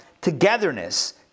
togetherness